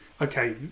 okay